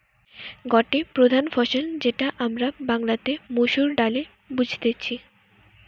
গটে প্রধান ফসল যেটা আমরা বাংলাতে মসুর ডালে বুঝতেছি